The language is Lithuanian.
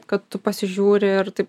kad tu pasižiūri ir taip